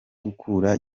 gukura